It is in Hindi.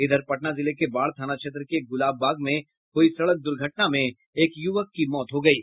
इधर पटना जिले के बाढ़ थाना क्षेत्र के गुलाबबाग में हुई सड़क दुर्घटना में एक युवक की मौत हो गयी